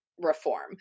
reform